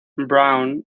brown